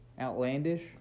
outlandish